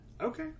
Okay